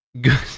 Good